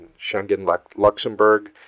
Schengen-Luxembourg